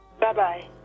Bye-bye